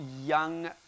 young